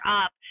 up